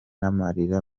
amarira